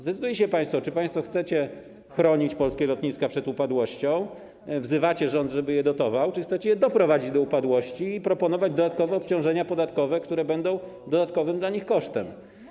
Zdecydujcie się państwo, czy państwo chcecie chronić polskie lotniska przed upadłością, wzywacie rząd, żeby je dotował, czy chcecie je doprowadzić do upadłości i proponować dodatkowe obciążenia podatkowe, które będą dla nich dodatkowym kosztem.